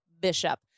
Bishop